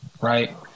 right